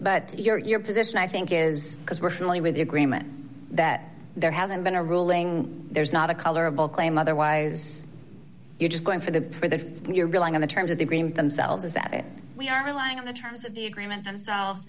but your position i think is because we're familiar with the agreement that there hasn't been a ruling there's not a colorable claim otherwise you're just going for the way that you're relying on the terms of the agreement themselves is that we are relying on the terms of the agreement themselves